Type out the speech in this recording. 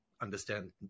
understand